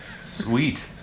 Sweet